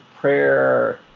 Prayer